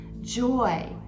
joy